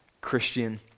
Christian